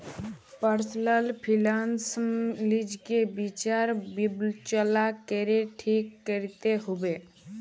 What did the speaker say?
personal finance লিজকে বিচার বিবচলা ক্যরে ঠিক ক্যরতে হুব্যে